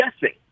guessing